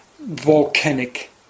volcanic